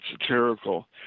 satirical